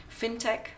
fintech